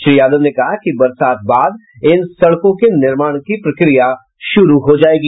श्री यादव ने कहा कि बरसात बाद इन सड़कों के निर्माण की प्रक्रिया शुरू हो जायेगी